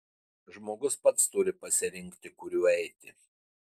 žmogus pats turi pasirinkti kuriuo eiti